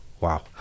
Wow